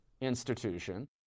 institution